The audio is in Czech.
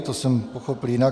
To jsem pochopil jinak.